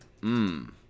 Mmm